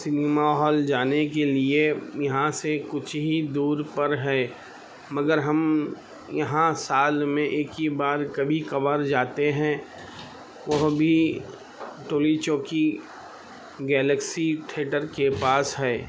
cinema hall جانے کے لیے یہاں سے کچھ ہی دور پر ہے مگر ہم یہاں سال میں ایک ہی بار کبھی کبھار جاتے ہیں اور ابھی ٹولی چوکی گیلیکسی تھیٹر کے پاس ہے